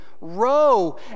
row